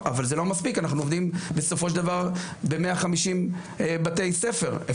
אם תסתכלו במודל שמצביע על זה,